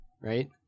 Right